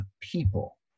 people